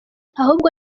ahubwo